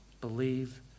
believe